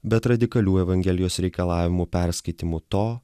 bet radikalių evangelijos reikalavimų perskaitymu to